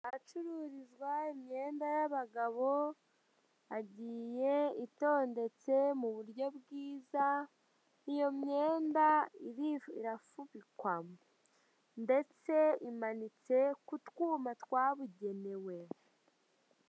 Ahacururizwa imyenda y'abagabo hagiye itondetse mu buryo bwiza iyo myenda irifu arafubikwa ndetse imanitse ku twuma twabugenewe.